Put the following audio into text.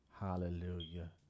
Hallelujah